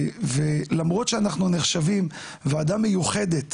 ולמרות שאנחנו נחשבים ועדה מיוחדת